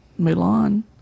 Mulan